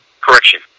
Correction